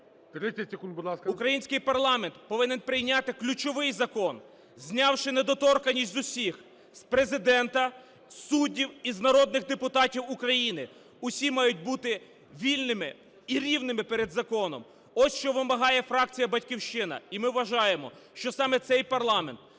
Український парламент повинен прийняти ключовий закон, знявши недоторканність з усіх: з Президента, з суддів і з народних депутатів України. Усі мають бути вільними і рівними перед законом. Ось, що вимагає фракція "Батьківщина". І ми вважаємо, що саме цей парламент